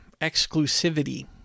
exclusivity